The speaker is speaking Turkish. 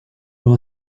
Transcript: yol